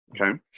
Okay